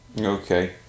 okay